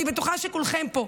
ואני בטוחה שכולכם פה,